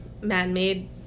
man-made